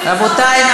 רבותי,